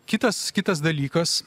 kitas kitas dalykas